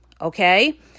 okay